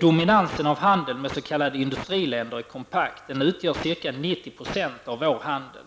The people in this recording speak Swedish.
Dominansen av handel med s.k. industriländer är kompakt. Den utgör ca 90 % av vår handel.